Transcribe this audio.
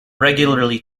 regularly